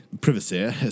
Privacy